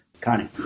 Connie